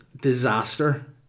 disaster